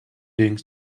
doing